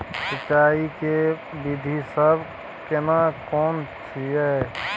सिंचाई के विधी सब केना कोन छिये?